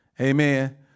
Amen